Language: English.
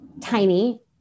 tiny